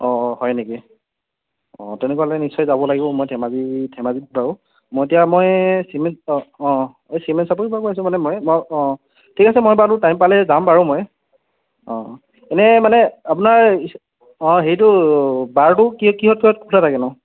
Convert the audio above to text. অঁ অঁ হয় নেকি অঁ তেনেকুৱা হ'লে নিশ্চয় যাব লাগিব মই ধেমাজিত ধেমাজিত বাৰু মই এতিয়া মই চিমেন অঁ অঁ অঁ এই চিমেন চাপৰিৰপৰা কৈ আছো মানে মই মই অঁ ঠিক আছে মই বাৰু টাইম পালে যাম বাৰু মই অঁ এনেই মানে আপোনাৰ অঁ হেৰিটো বাৰটো কি কিহত কিহত খোলা থাকেনো